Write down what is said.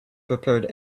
prepared